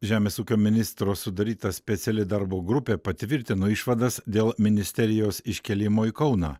žemės ūkio ministro sudaryta speciali darbo grupė patvirtino išvadas dėl ministerijos iškėlimo į kauną